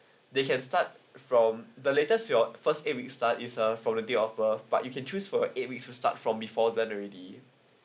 they can start from the latest your first eight weeks start is a from a day offer but you can choose for eight weeks to start from before that already